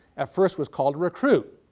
at first was called recruit.